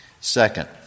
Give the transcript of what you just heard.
Second